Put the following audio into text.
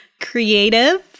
creative